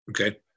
Okay